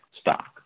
stock